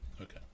Okay